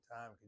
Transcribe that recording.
time